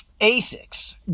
ASICS